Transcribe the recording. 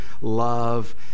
love